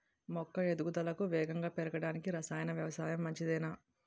మొక్క ఎదుగుదలకు వేగంగా పెరగడానికి, రసాయన వ్యవసాయం మంచిదేనా?